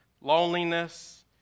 loneliness